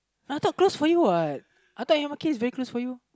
I thought close for you what I thought M_R_T is very close for you